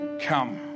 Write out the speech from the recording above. come